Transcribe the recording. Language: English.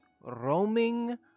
roaming